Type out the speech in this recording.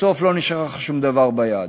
בסוף לא נשאר שום דבר ביד.